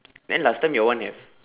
then last time your one have